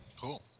Cool